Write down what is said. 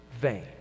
Vain